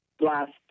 last